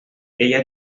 ella